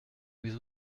mais